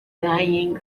lying